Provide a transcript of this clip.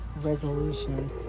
resolution